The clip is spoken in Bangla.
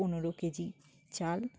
পনেরো কেজি চাল